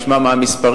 נשמע מה המספרים.